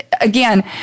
again